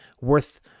worth